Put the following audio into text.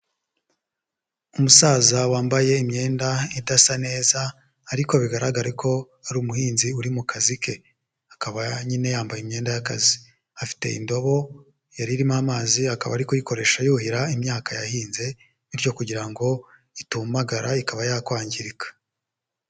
Umusaza wambaye imyenda idasa neza ariko bigaraga ko ari umuhinzi uri mu kazi ke, akaba nyine yambaye imyenda y'akazi. Afite indobo yari irimo amazi akaba ari kuyikoresha yuhira imyaka yahinze bityo kugira ngo itumagara ikaba yakwangirika.